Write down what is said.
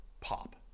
pop